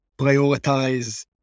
prioritize